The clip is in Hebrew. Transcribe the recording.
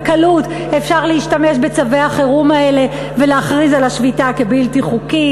בקלות אפשר להשתמש בצווי החירום האלה ולהכריז על השביתה כבלתי חוקית.